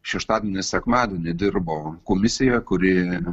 šeštadienį sekmadienį dirbo komisija kuri